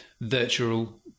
virtual